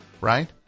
Right